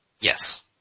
Yes